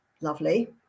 lovely